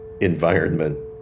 environment